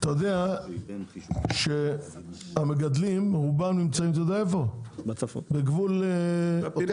אתה יודע שהמגדלים, רובם נמצאים בגבול לבנון.